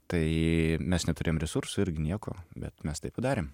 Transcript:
tai mes neturėjom resursų irgi nieko bet mes tai padarėm